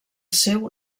seu